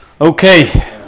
Okay